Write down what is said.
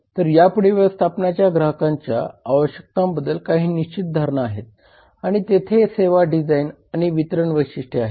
तर या पुढे व्यवस्थापनाच्या ग्राहकांच्या आवश्यकतांबद्दल काही निश्चित धारणा आहेत आणि तेथे सेवा डिझाइन आणि वितरण वैशिष्ट्ये आहेत